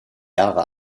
jahre